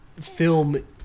film